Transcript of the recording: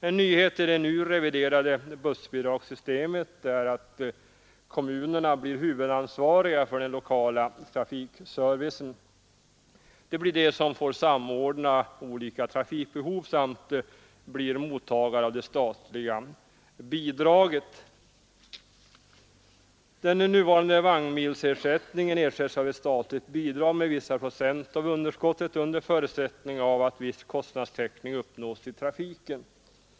En nyhet i det nu föreslagna reviderade bussbidragssystemet är att kommunerna blir huvudansvariga för den lokala trafikservicen. Det blir de som får samordna olika trafikbehov och som blir mottagare av det statliga bidraget. Den nuvarande vagnmilsersättningen avlöses av ett statligt bidrag med vissa procent av underskottet under förutsättning att viss kostnadstäckning uppnås i trafiken.